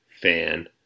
fan